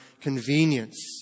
convenience